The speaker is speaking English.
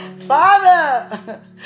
father